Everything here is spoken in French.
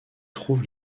trouve